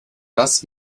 das